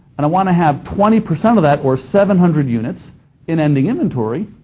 and i want to have twenty percent or that, or seven hundred units in ending inventory.